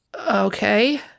Okay